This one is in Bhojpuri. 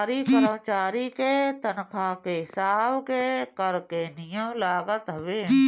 सरकारी करमचारी के तनखा के हिसाब के कर के नियम लागत हवे